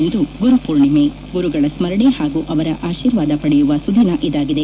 ಇಂದು ಗುರು ಪೂರ್ಣಿಮೆ ಗುರುಗಳ ಸ್ಕರಣೆ ಹಾಗೂ ಅವರ ಆಶೀರ್ವಾದ ಪಡೆಯುವ ಸುದಿನ ಇದಾಗಿದೆ